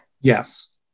Yes